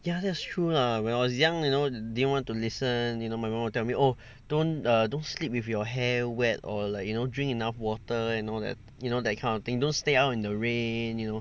yeah that's true lah when I was young you know didn't want to listen you know my mum tell me oh don't err don't sleep with your hair wet or like you know drink enough water and all that you know that kind of thing don't stay out in the rain you know